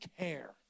care